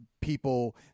people